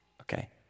Okay